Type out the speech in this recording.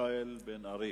מיכאל בן-ארי.